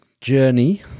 journey